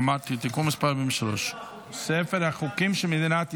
אמרתי תיקון מס' 43. ספר החוקים של מדינת ישראל,